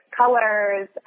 colors